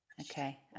Okay